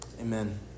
Amen